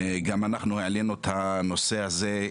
גם אנחנו העלינו את הנושא הזה.